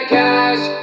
cash